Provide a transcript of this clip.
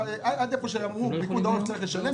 צריך לשלם עד היכן שאמר פיקוד העורף.